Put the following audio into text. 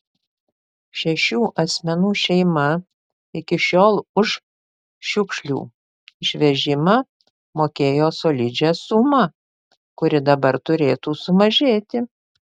šešių asmenų šeima iki šiol už šiukšlių išvežimą mokėjo solidžią sumą kuri dabar turėtų sumažėti